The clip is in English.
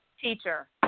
teacher